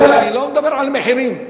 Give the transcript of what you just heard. אני לא מדבר על מחירים.